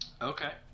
Okay